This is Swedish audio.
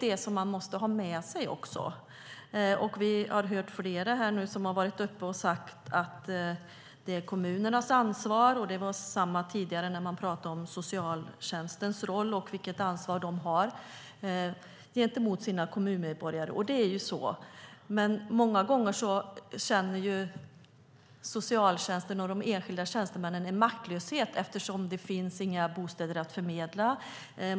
Det måste vi ha med oss när vi diskuterar detta. Vi har hört flera här nu som har sagt att det här är kommunernas ansvar, och det var likadant tidigare när man pratade om socialtjänstens roll och dess ansvar gentemot sina kommunmedborgare. Det är ju så, men många gånger känner de enskilda tjänstemännen inom socialtjänsten en maktlöshet eftersom det inte finns några bostäder att förmedla.